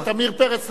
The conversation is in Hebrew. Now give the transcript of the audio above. חבר הכנסת עמיר פרץ,